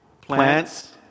Plants